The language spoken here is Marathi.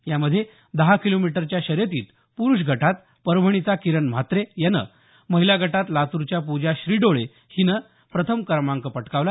यामध्ये दहा किलोमीटरच्या शर्यतीत पुरुष गटात परभणीचा किरण म्हात्रे यानं महिला गटात लातुरच्या पुजा श्रीडोळे हिनं प्रथम क्रमांक पटकावला